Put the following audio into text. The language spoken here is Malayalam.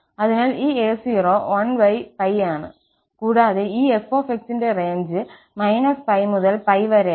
അതിനാൽ ഈ a0 1 ആണ് കൂടാതെ ഈ f ന്റെ റേഞ്ച് π മുതൽ π വരെയാണ്